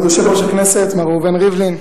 כבוד יושב-ראש הכנסת מר ראובן ריבלין,